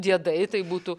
diedai tai būtų